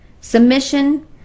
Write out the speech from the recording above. Submission